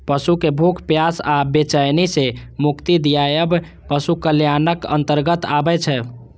पशु कें भूख, प्यास आ बेचैनी सं मुक्ति दियाएब पशु कल्याणक अंतर्गत आबै छै